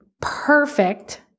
perfect